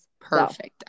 Perfect